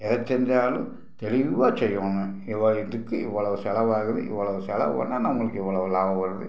எதை செஞ்சாலும் தெளிவாக செய்யணும் இவ்வளோ இதுக்கு இவ்வளோவு செலவாகுது இவ்வளோவு செலவு பண்ணால் நம்மளுக்கு இவ்வளோவு லாபம் வருது